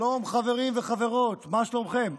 שלום, חברים וחברות, מה שלומכם?